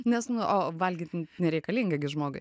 nes nu o valgyt nereikalinga gi žmogui